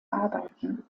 arbeiten